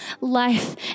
life